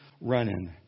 running